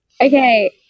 Okay